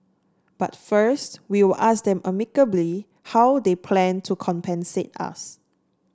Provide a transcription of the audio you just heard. but first we will ask them amicably how they plan to compensate us